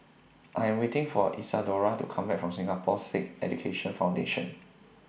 I Am waiting For Isadora to Come Back from Singapore Sikh Education Foundation